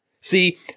See